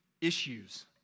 issues